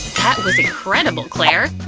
that was incredible, claire!